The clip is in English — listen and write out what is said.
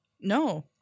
No